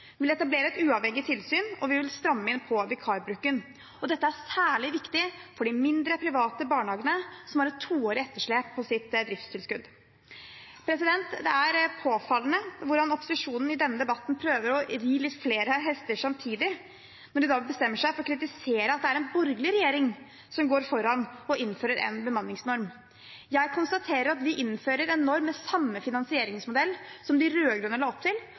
vil etablere et uavhengig tilsyn, og vi vil stramme inn på vikarbruken. Dette er særlig viktig for de mindre, private barnehagene som har et toårig etterslep på sitt driftstilskudd. Det er påfallende hvordan opposisjonen i denne debatten prøver å ri flere hester samtidig når de bestemmer seg for å kritisere at det er en borgerlig regjering som går foran og innfører en bemanningsnorm. Jeg konstaterer at vi innfører en norm med samme finansieringsmodell som de rød-grønne la opp til,